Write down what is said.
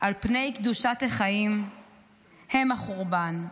על פני קדושת החיים הם החורבן.